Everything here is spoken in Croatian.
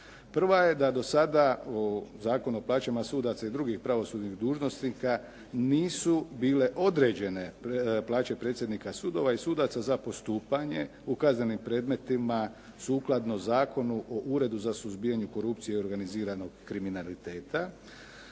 Prva je da do sada u Zakonu o plaćama sudaca i drugih pravosudnih dužnosnika, nisu bile određene plaće predsjednika sudova i sudaca za postupanje u kaznenim predmetima sukladno Zakonu o Uredu za suzbijanje korupcije i organiziranog kriminaliteta.